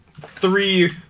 three